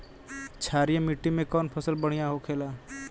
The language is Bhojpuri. क्षारीय मिट्टी में कौन फसल बढ़ियां हो खेला?